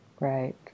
Right